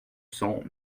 cents